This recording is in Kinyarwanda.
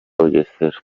bugesera